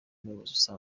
umuyobozi